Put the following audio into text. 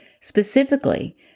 Specifically